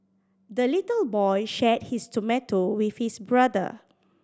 the little boy shared his tomato with his brother